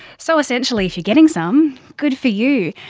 so essentially if you're getting some good for you.